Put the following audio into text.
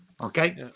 Okay